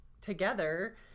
together